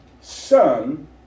son